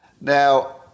Now